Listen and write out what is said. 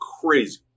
crazy